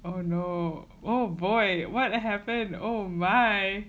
oh no oh boy what happen oh my